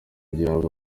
gihabwa